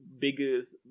biggest